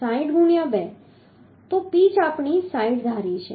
60 ગુણ્યા 2 તો પિચ આપણે 60 ધારી છે